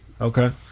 Okay